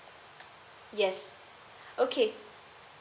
yes okay